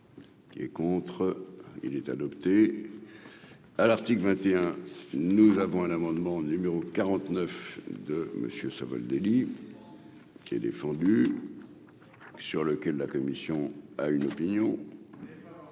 Qui est contre, il est adopté à l'article 21 nous avons à l'amendement numéro 49 de monsieur Savoldelli. Qui est défendu sur lequel la Commission a une opinion et